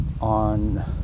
on